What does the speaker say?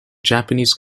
japanese